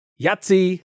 Yahtzee